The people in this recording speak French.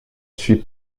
suis